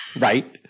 Right